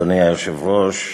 אדוני היושב-ראש,